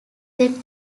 then